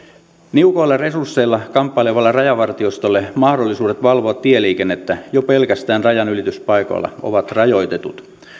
niukoilla resursseilla kamppailevalle rajavartiostolle mahdollisuudet valvoa tieliikennettä jo pelkästään rajanylityspaikoilla ovat rajoitetut